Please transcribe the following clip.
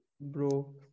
Bro